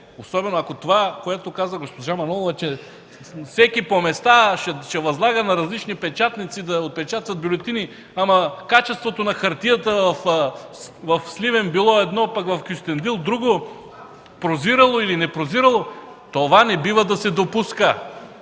Особено това, което каза госпожа Манолова – че всеки по места ще възлага на различни печатници да отпечатват бюлетини, ама качеството на хартията в Сливен било едно, пък в Кюстендил друго, прозирало или не прозирало, не бива да се допуска,